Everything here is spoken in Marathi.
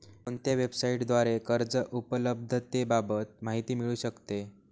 कोणत्या वेबसाईटद्वारे कर्ज उपलब्धतेबाबत माहिती मिळू शकते?